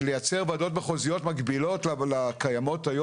יש צרכים רבים על מנת שנוכל להאיץ את הבנייה ולקדם את העולם הזה